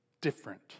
Different